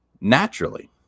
naturally